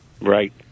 Right